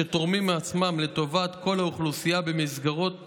שתורמים מעצמם לטובת כל האוכלוסייה במסגרות